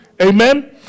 amen